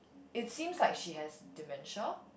it seems like she has dementia